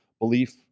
belief